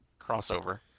crossover